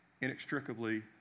inextricably